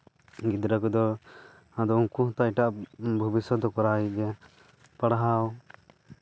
ᱜᱤᱫᱽᱨᱟᱹ ᱠᱚᱫᱚ ᱩᱱᱠᱩ ᱦᱚᱛᱚ ᱮᱴᱟᱜ ᱵᱷᱚᱵᱤᱥᱥᱚᱛ ᱠᱚᱫᱚ ᱠᱚᱨᱟᱣ ᱜᱮᱭᱟ ᱯᱟᱲᱦᱟᱣ